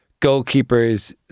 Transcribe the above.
goalkeepers